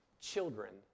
children